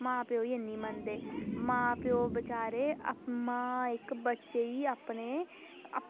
मां प्योऽ गी बी निं मनदे ते मां प्योऽ बेचारें गी इक अपना आपूं